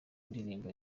ndirimbo